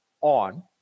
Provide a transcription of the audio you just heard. on